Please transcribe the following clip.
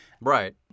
Right